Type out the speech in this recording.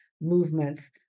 movements